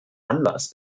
anlass